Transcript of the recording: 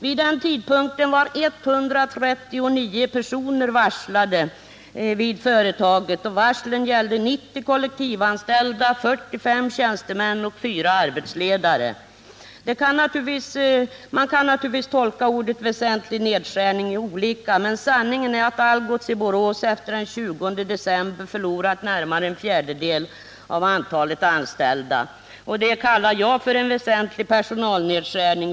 Vid den tidpunkten var 139 personer varslade vid företaget, och varslen gällde 90 kollektivanställda, 45 tjänstemän och 4 arbetsledare. Man kan naturligtvis tolka uttrycket ”väsentlig nedskärning” på olika sätt, men sanningen är att Algots i Borås efter den 20 december förlorat närmare en fjärdedel av antalet anställda, och det kallar jag för en väsentlig personalnedskärning.